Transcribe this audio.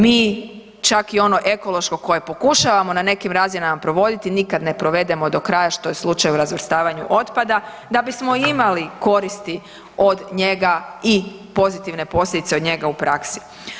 Mi čak i ono ekološko koje pokušavamo na nekim razinama provoditi, nikad ne provedemo do kraja, što je slučaj u razvrstavanju otpada, da bismo imali koristi od njega i pozitivne posljedice od njega u praksi.